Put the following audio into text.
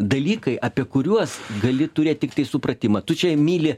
dalykai apie kuriuos gali turėt tiktai supratimą tu čia myli